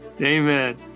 Amen